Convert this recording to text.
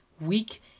week